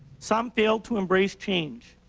some fail to embrace change.